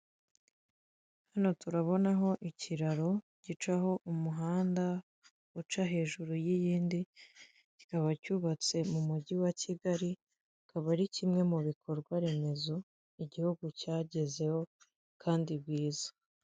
Hano turabonaho ikiraro gicaho umuhanda uca hejuru y'iyindi, kikaba cyubatse mu mujyi wa Kigali; akaba ari kimwe mu bikorwaremezo igihugu cyagezeho kandi byiza.